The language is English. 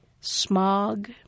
smog